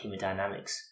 hemodynamics